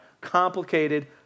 Complicated